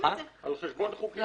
על חשבון חוקים אחרים.